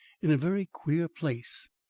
in a very queer place,